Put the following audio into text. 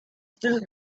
still